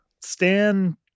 Stan